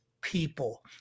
people